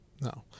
No